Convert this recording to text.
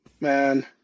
Man